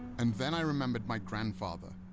and then, i remembered my grandfather,